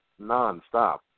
nonstop